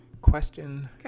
Question